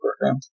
program